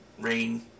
rain